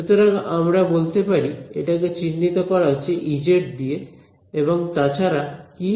সুতরাং আমরা বলতে পারি এটাকে চিহ্নিত করা হচ্ছে Ez দিয়ে এবং তা ছাড়া কি